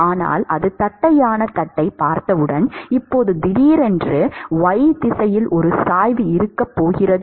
ஆனால் அது தட்டையான தட்டைப் பார்த்தவுடன் இப்போது திடீரென்று y திசையில் ஒரு சாய்வு இருக்கப் போகிறது